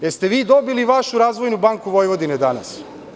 Da li ste dobili vašu „Razvojnu banku Vojvodine“ danas?